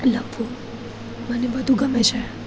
લખવું મને બધું ગમે છે